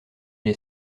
est